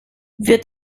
wird